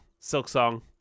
Silksong